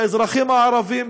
באזרחים הערבים,